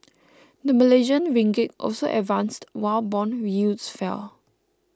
the Malaysian Ringgit also advanced while bond yields fell